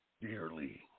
dearly